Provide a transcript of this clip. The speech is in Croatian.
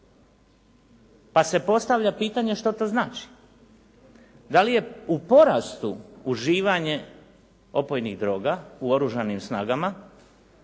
pa se postavlja pitanje što to znači. Da li je u porastu uživanje opojnih droga u Oružanim snagama